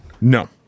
No